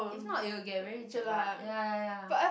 if not it will get very jelat ya ya ya